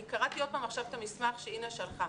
אני קראתי עוד פעם את המסמך שאינה שלחה,